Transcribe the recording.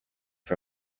for